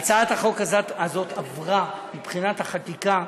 הצעת החוק הזאת עברה, מבחינת החקיקה,